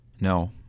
no